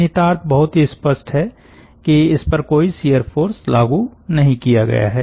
निहितार्थ बहुत ही स्पष्ट है कि इस पर कोई शियर फ़ोर्स लागू नहीं किया गया है